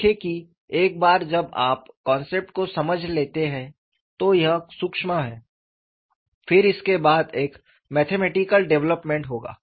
देखें कि एक बार जब आप कॉन्सेप्ट को समझ लेते हैं तो यह सूक्ष्म है फिर इसके बाद एक मैथमेटिकल डेवलपमेंट होगा